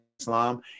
Islam